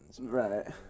Right